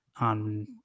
on